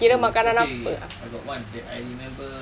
oh overseas okay I got one that I remember